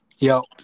Yo